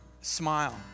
smile